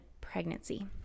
pregnancy